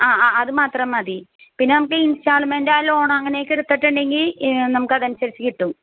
ആ ആ അതു മാത്രം മതി പിന്നെ നമുക്ക് ഇൻസ്റ്റാൾമെൻറ് ആ ലോൺ അങ്ങനെയൊക്കെ എടുത്തിട്ടുണ്ടെങ്കിൽ നമുക്കതനുസരിച്ച് കിട്ടും